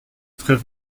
très